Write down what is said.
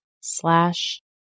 slash